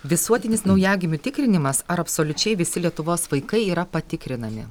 visuotinis naujagimių tikrinimas ar absoliučiai visi lietuvos vaikai yra patikrinami